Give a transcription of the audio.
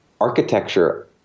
architecture